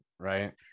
right